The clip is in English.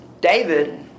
David